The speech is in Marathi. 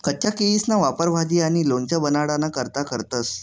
कच्चा केयीसना वापर भाजी आणि लोणचं बनाडाना करता करतंस